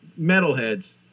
metalheads